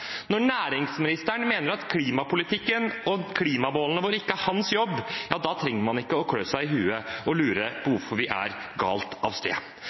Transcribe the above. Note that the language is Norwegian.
Når næringsministeren mener at klimapolitikken og klimamålene våre ikke er hans jobb, trenger man ikke å klø seg i huet og lure på hvorfor vi er galt av sted.